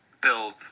build